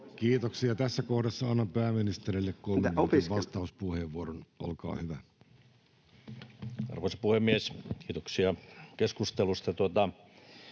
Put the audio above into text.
Kiitoksia. — Tässä kohdassa annan pääministerille kolmen minuutin vastauspuheenvuoron, olkaa hyvä. Arvoisa puhemies! Kiitoksia keskustelusta.